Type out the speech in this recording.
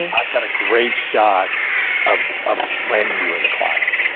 and i've got a great shot of of landing you as a client.